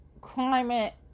climate